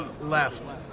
left